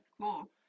cool